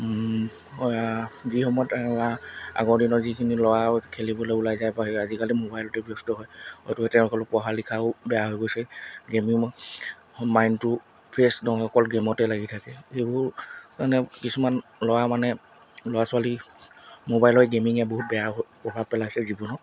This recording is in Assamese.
যিসময়ত আগৰ দিনৰ যিখিনি ল'ৰা খেলিবলৈ ওলাই যায় বা আজিকালি মোবাইলতে ব্যস্ত হয় হয়তো তেওঁলোকৰ পঢ়া লিখাও বেয়া হৈ গৈছে গেমিঙত মাইণ্ডটো ফ্ৰেছ নহয় অকল গেমতে লাগি থাকে সেইবোৰ মানে কিছুমান ল'ৰা মানে ল'ৰা ছোৱালী মোবাইলৰ গেমিঙে বহুত বেয়া প্ৰভাৱ পেলাইছে জীৱনত